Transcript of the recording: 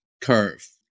curve